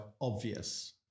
obvious